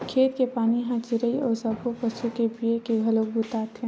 खेत के पानी ह चिरई अउ सब्बो पसु के पीए के घलोक बूता आथे